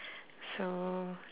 so